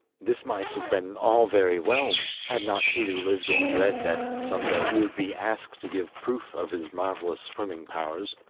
this might have been all very well, had not tiidu lived in dread that some day he would be asked to give proof of his marvellous swimming powers,